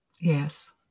Yes